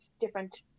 different